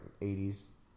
80's